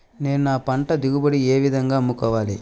నేను నా పంట దిగుబడిని ఏ విధంగా అమ్ముకోవాలి?